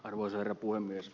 arvoisa herra puhemies